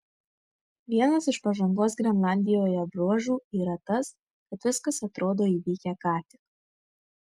vienas iš pažangos grenlandijoje bruožų yra tas kad viskas atrodo įvykę ką tik